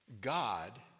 God